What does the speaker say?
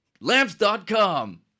Lamps.com